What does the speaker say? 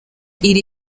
iri